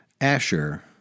Asher